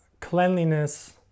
cleanliness